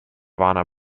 warner